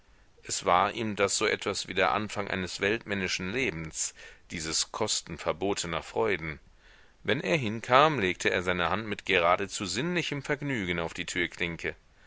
es war ihm das so etwas wie der anfang eines weltmännischen lebens dieses kosten verbotener freuden wenn er hinkam legte er seine hand mit geradezu sinnlichem vergnügen auf die türklinke